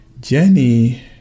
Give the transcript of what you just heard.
Jenny